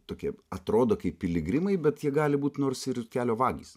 tokie atrodo kaip piligrimai bet jie gali būt nors ir kelio vagys